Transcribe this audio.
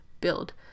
build